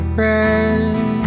red